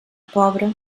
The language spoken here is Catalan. pobre